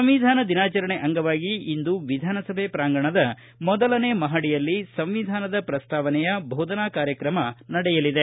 ಸಂವಿಧಾನ ದಿನಾಚರಣೆ ಅಂಗವಾಗಿ ಇಂದು ವಿಧಾನಸಭೆ ಪ್ರಾಂಗಣದ ಮೊದಲನೇ ಮಹಡಿಯಲ್ಲಿ ಸಂವಿಧಾನದ ಪ್ರಸ್ತಾವನೆಯ ಬೋಧನಾ ಕಾರ್ಯಕ್ರಮ ನಡೆಯಲಿದೆ